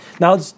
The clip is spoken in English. Now